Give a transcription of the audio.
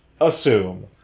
Assume